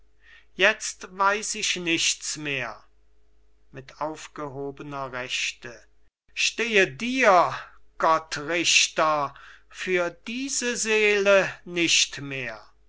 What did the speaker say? jetzt weiß ich nichts mehr mit aufgehobener rechte stehe dir gott richter für diese seele nicht mehr